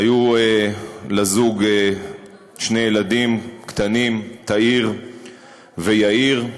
היו לזוג שני ילדים קטנים, תאיר ויאיר.